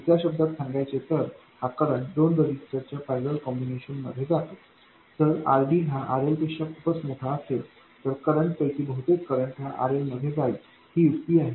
दुसर्या शब्दांत सांगायचे तर हा करंट दोन रजिस्टर च्या पैरलेल कॉम्बिनेशन मध्ये जातो जर RDहा RLपेक्षा खूपच मोठा असेल तर करंट पैकी बहुतेक करंट हा RLमध्ये जाईल ही युक्ती आहे